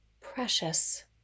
precious